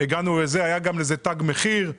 והיה לזה גם תג מחיר.